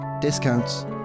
discounts